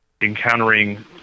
encountering